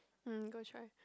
mm go try